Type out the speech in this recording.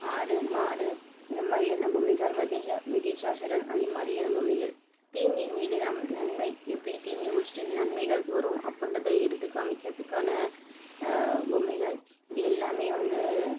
ஆடு மாடு இந்த மாதிரியான பொம்மைகள் மகிஷா மகிஷாஷ்வரன் அந்த மாதிரியான பொம்மைகள் தீங்கின் மீது நம் நன்மை எப்படி தீமையை ஒழிச்சுட்டு நன்மைகள் வரும் அப்பிடின்றத எடுத்து காம்மிக்கிறத்துக்கான பொம்மைகள் இது எல்லாம் வந்து